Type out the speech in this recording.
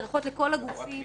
הדרכות לכל הגופים